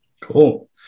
Cool